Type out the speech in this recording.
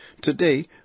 Today